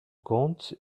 conte